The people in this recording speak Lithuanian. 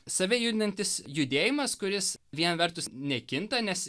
save judinantis judėjimas kuris viena vertus nekinta nes